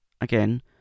again